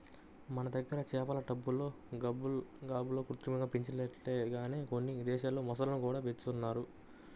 మన దగ్గర చేపలను టబ్బుల్లో, గాబుల్లో కృత్రిమంగా పెంచినట్లుగానే కొన్ని దేశాల్లో మొసళ్ళను పెంచుతున్నారు